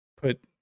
put